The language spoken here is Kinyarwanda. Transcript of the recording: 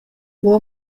uwo